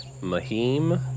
Mahim